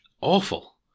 awful